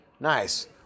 Nice